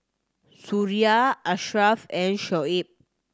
Suria Ashraf and Shoaib